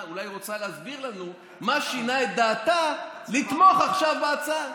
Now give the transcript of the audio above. אולי היא רוצה להסביר לנו מה שינה את דעתה לתמוך עכשיו בהצעה.